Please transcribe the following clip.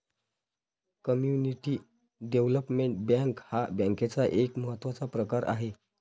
community development bank हा बँकेचा एक महत्त्वाचा प्रकार आहे